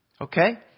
Okay